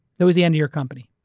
that was the end of your company.